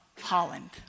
Holland